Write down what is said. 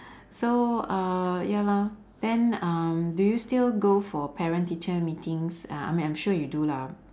so uh ya lah then um do you still go for parent teacher meetings uh I mean I'm sure you do lah